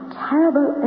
terrible